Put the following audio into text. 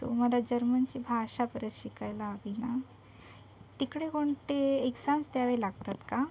तो मला जर्मनची भाषा परत शिकायला हवी ना तिकडे कोणते एक्साम्स द्यावे लागतात का